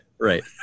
Right